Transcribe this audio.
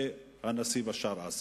הנשיא בשאר אסד.